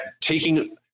taking